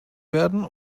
werden